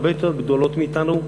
הרבה יותר גדולות מאתנו,